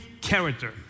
character